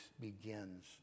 begins